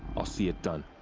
i'll see it done.